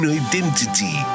identity